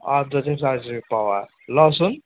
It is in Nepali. अदुवा चाहिँ चालिस रुपियाँ पावा लसुन